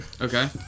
Okay